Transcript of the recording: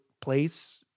place